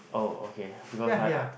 oh okay because I I